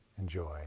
enjoy